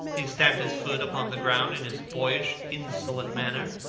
he stamped his foot upon the ground in his boyish insolent manner.